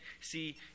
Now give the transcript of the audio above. see